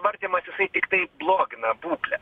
vartymas jisai tiktai blogina būklę